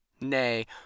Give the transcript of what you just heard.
Nay